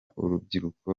urubyiruko